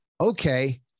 okay